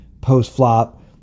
post-flop